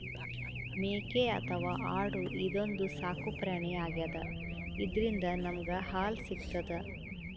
ಮೇಕೆ ಅಥವಾ ಆಡು ಇದೊಂದ್ ಸಾಕುಪ್ರಾಣಿ ಆಗ್ಯಾದ ಇದ್ರಿಂದ್ ನಮ್ಗ್ ಹಾಲ್ ಸಿಗ್ತದ್